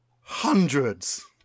Hundreds